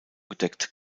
gedeckt